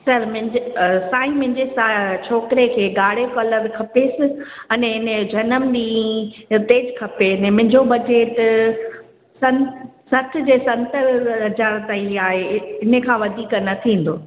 sir मुंहिंजे साईं मुंहिंजे स छोकिरे खे ॻाढ़ो कलर खपेसि अने हिनजो जनमु ॾींहुं ते ज खपे ने मुंहिंजो बजेट सन सठि जे संतरि हज़ार ताईं आहे हिन खां वधीक न थींदो